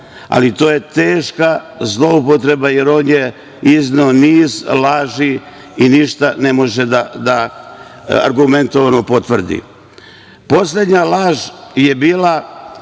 ali to je teška zloupotreba, jer on je izneo niz laži i ništa ne može da argumentovano potvrdi. Poslednja laž je bila